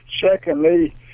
Secondly